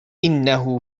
إنه